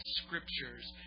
scriptures